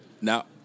Now